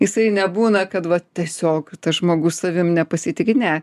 jisai nebūna kad va tiesiog tas žmogus savim nepasitiki ne